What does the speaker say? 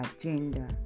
agenda